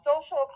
social